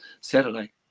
Saturday